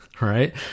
Right